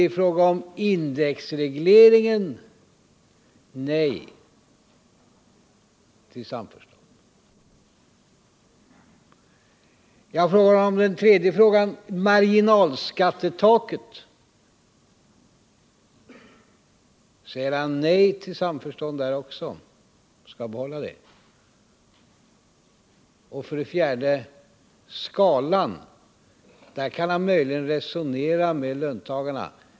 I fråga om indexregleringen säger han nej till samförstånd. Även i fråga om marginalskattetaket säger han nej till samförstånd — marginalskattetaket skall bibehållas. När det gäller den fjärde punkten — skatteskalorna — kan han möjligen resonera med löntagarna.